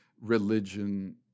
religion